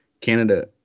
Canada